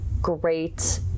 great